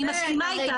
אני מסכימה אתך